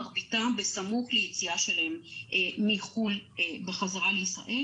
מרביתם בסמוך ליציאה שלהם מחו"ל בחזרה לישראל